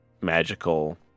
magical